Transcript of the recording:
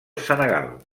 senegal